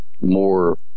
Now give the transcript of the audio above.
more